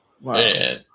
Wow